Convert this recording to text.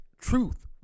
truth